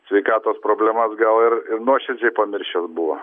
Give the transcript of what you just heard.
sveikatos problemas gal ir nuoširdžiai pamiršęs buvo